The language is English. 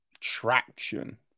traction